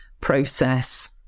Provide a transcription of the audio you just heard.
process